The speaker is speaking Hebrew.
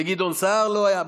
וגדעון סער לא היה.